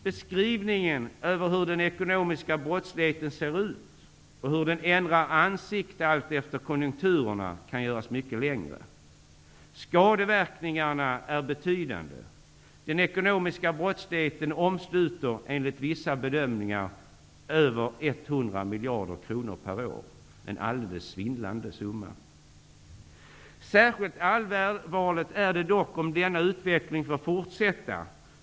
Beskrivningen över hur den ekonomiska brottsligheten ser ut och hur den ändrar ansikte alltefter konjunkturerna kan göras mycket längre. Skadeverkningarna är betydande. Den ekonomiska brottsligheten omsluter enligt vissa bedömningar över 100 miljarder kronor per år. Det är en alldeles svindlande summa. Särskilt allvarligt är det dock om denna utveckling får fortsätta.